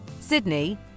Sydney